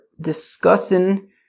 discussing